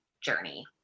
journey